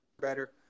better